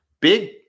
Big